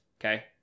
okay